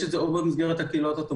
או שיש את זה במסגרת הקהילות התומכות,